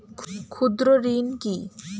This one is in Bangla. ক্ষুদ্র ঋণ কি?